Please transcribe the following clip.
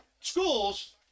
schools –